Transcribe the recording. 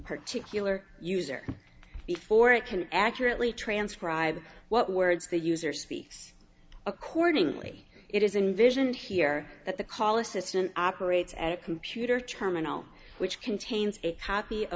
particular user before it can accurately transcribe what words they use or speaks accordingly it isn't vision here that the collison operates at a computer terminal which contains